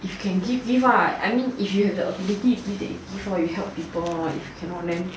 if can give give ah I mean if you have the ability to give then you give you help people if cannot then